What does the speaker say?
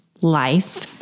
life